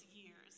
years